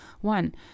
one